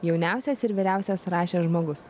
jauniausias ir vyriausias rašė žmogus